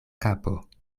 kapo